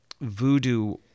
voodoo